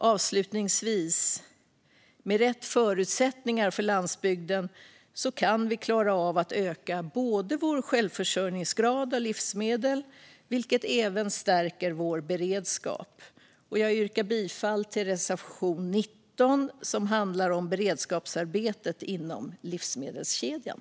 Avslutningsvis: Med rätt förutsättningar för landsbygden kan vi klara av att öka vår självförsörjningsgrad för livsmedel, vilket även stärker vår beredskap. Jag yrkar bifall till reservation 19 som handlar om beredskapsarbetet inom livsmedelskedjan.